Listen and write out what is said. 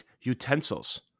utensils